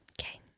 okay